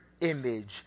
image